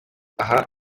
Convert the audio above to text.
aha